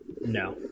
No